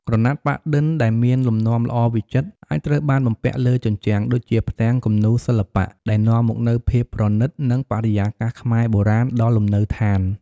ក្រណាត់ប៉ាក់-ឌិនដែលមានលំនាំល្អវិចិត្រអាចត្រូវបានបំពាក់លើជញ្ជាំង ដូចជាផ្ទាំងគំនូរសិល្បៈ ដែលនាំមកនូវភាពប្រណិត និងបរិយាកាសខ្មែរបុរាណដល់លំនៅឋាន។